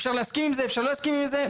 אפשר להסכים עם זה, אפשר לא להסכים עם זה.